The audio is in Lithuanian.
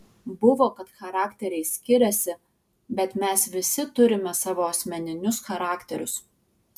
buvo kad charakteriai skiriasi bet mes visi turime savo asmeninius charakterius